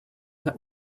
that